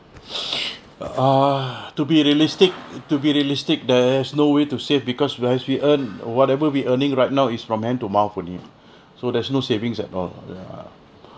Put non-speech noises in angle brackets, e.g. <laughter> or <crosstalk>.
<breath> ah to be realistic to be realistic there's no way to save because whereas we earn whatever we earning right now is from hand to mouth only <breath> so there's no savings at all ya